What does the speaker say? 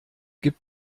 gibt